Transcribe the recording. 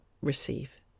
receive